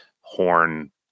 Horn